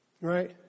Right